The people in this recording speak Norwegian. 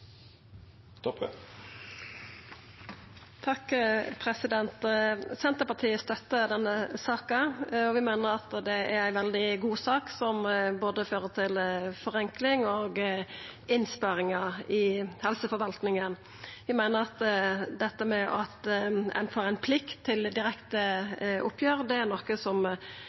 Senterpartiet støttar denne saka. Vi meiner det er ei veldig god sak, som fører til både forenkling og innsparingar i helseforvaltinga. Vi meiner at det å få plikt til direkte oppgjer er noko som